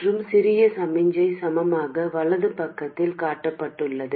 மற்றும் சிறிய சமிக்ஞை சமமான வலது பக்கத்தில் காட்டப்பட்டுள்ளது